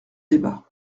débat